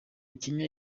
kenya